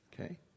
Okay